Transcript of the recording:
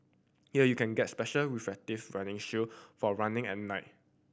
here you can get special reflective running shoe for running at night